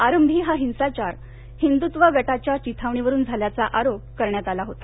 आरंभी हा हिंसाचार हिंदुत्व गटांच्या चिथावणीवरुन झाल्याचा आरोप करण्यात आला होता